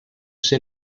ser